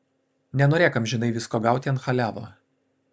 nenorėk amžinai visko gauti ant chaliavo